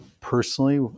personally